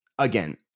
Again